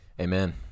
Amen